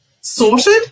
sorted